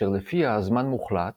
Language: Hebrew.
אשר לפיה הזמן מוחלט,